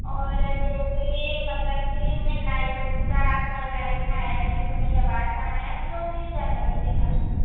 ਔਰ ਜੇ ਤੁਸੀਂ ਮਤਲਬ ਕਿ ਮਹੀਨਾ ਇੱਕ ਤੁਹਾਡੇ ਕੋਲ ਟਾਈਮ ਹੈ ਤੁਸੀਂ ਇੱਕ ਮਹੀਨੇ ਬਾਅਦ ਜਾਣਾ ਹੈ ਅਤੇ ਉਹ ਤੁਸੀਂ ਜਨਰਲ 'ਚ ਵੀ ਕਰ ਸਕਦੇ ਹੋ ਫਿਰ